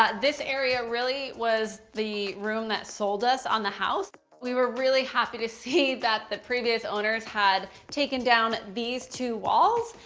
ah this area really was the room that sold us on the house. we were really happy to see that the previous owners had taken down these two walls,